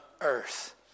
earth